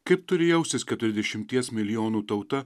kaip turi jaustis keturiasdešimties milijonų tauta